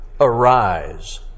arise